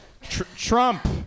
Trump